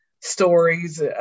stories